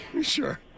sure